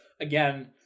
Again